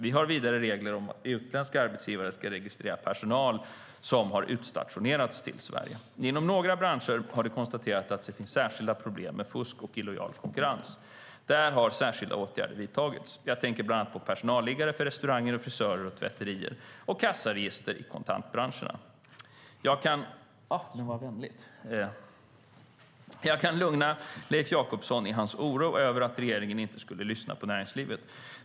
Vi har vidare regler om att utländska arbetsgivare ska registrera personal som har utstationerats till Sverige. Inom några branscher har det konstaterats att det finns särskilda problem med fusk och illojal konkurrens. Där har särskilda åtgärder vidtagits. Jag tänker då bland annat på personalliggare för restauranger, frisörer och tvätterier och kassaregisterkrav i kontantbranscherna. Jag kan lugna Leif Jakobsson i hans oro över att regeringen inte skulle lyssna på näringslivet.